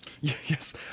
Yes